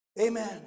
Amen